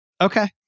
Okay